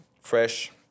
fresh